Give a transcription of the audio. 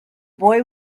boy